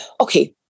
Okay